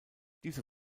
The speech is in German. diese